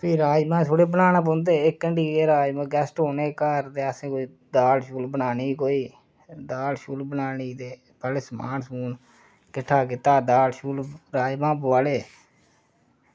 फिर राजमां थोह्ड़े बनाना पौंदे ते इक्क हांडी राजमां कोई गेस्ट औने हे घर ते दाल बनानी ही कोई दाल बनानी ते पैह्लें समान किट्ठा कीता पैह्लें दाल राजमां बुआले